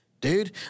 dude